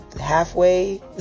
halfway